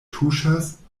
tuŝas